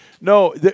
No